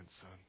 son